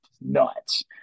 nuts